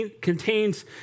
contains